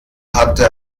hatte